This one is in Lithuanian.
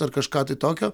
ar kažką tai tokio